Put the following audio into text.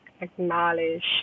acknowledge